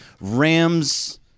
Rams